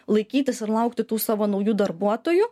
laikytis ir laukti tų savo naujų darbuotojų